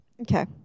Okay